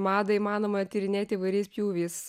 madą įmanoma tyrinėti įvairiais pjūviais